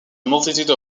multitude